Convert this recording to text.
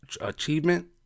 achievement